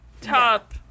top